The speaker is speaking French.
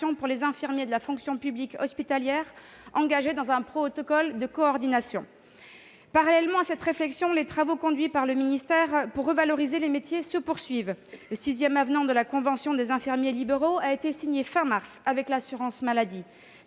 pour les infirmiers de la fonction publique hospitalière engagés dans un protocole de coordination. Parallèlement à cette réflexion, les travaux conduits par le ministère pour revaloriser les métiers se poursuivent. Le sixième avenant de la convention des infirmiers libéraux a été signé fin mars avec l'assurance maladie.